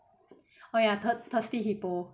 oh ya thirs~ thirsty hippo